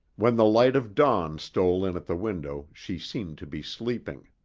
when the light of dawn stole in at the window she seemed to be sleeping.